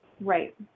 Right